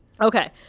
Okay